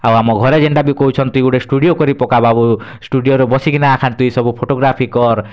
ଆଉ ଆମ ଘରେ ଯେନ୍ତା ବି କହୁଛନ୍ତି ତୁଇ ଗୁଟେ ଷ୍ଟୁଡ଼ିଓ କରିପକା ବାବୁ ଷ୍ଟୁଡ଼ିଓରେ ବସିକିନା ଖାଲି ତୁଇ ସବୁ ଫୋଟୋଗ୍ରାଫି କର୍